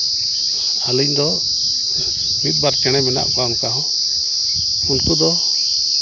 ᱟᱹᱞᱤᱧ ᱫᱚ ᱢᱤᱫ ᱵᱟᱨ ᱪᱮᱬᱮ ᱢᱮᱱᱟᱜ ᱠᱚᱣᱟ ᱚᱱᱠᱟ ᱦᱚᱸ ᱩᱱᱠᱩ ᱫᱚ